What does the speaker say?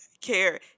care